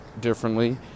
differently